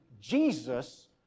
Jesus